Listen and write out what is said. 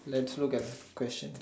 let's look at the question